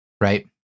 right